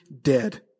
dead